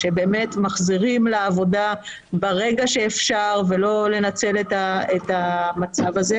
שבאמת מחזירים לעבודה רגע שאפשר ולא לנצל את המצב הזה.